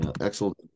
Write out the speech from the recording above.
Excellent